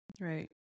Right